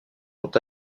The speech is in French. sont